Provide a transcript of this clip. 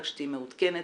רק שתהיי מעודכנת,